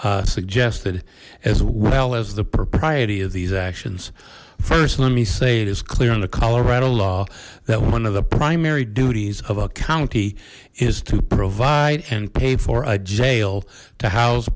suggested as well as the propriety of these actions first let me say it is clear in the colorado law that one of the primary duties of a county is to provide and pay for a jail to house